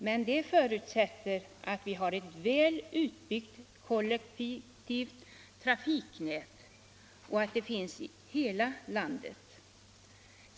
Men det förutsätter att vi har ett över hela landet väl utbyggt kollektivt trafiknät.